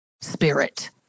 spirit